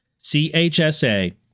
CHSA